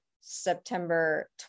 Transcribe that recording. september